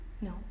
No